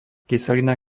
kyselina